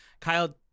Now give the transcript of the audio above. Kyle